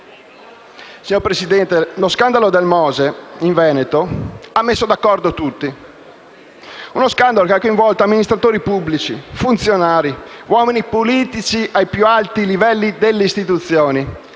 Signor Presidente, lo scandalo del MOSE in Veneto ha messo d'accordo tutti. Si tratta di uno scandalo che ha coinvolto amministratori pubblici, funzionari e uomini politici ai più alti livelli delle istituzioni